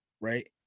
right